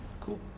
Cool